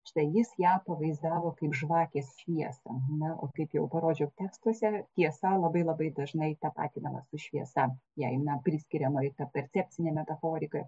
štai jis ją pavaizdavo kaip žvakės šviesą na kaip jau parodžiau tekstuose tiesa labai labai dažnai tapatinamas su šviesa jai na priskiriama ir ta percepcinė metaforika